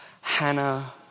Hannah